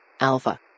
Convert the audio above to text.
Alpha